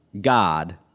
God